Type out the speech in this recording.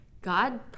God